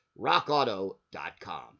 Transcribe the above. rockauto.com